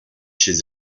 chez